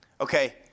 Okay